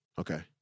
Okay